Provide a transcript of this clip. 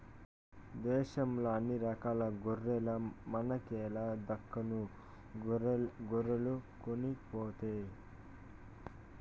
దేశంల అన్ని రకాల గొర్రెల మనకేల దక్కను గొర్రెలు కొనితేపో